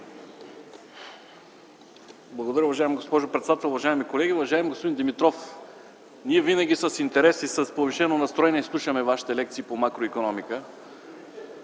Благодаря. Уважаема госпожо председател, уважаеми колеги! Уважаеми господин Димитров, ние винаги с интерес и с повишено настроение слушаме Вашите лекции по макроикономика,